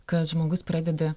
kad žmogus pradeda